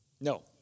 No